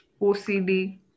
OCD